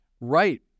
Right